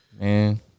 man